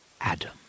Adam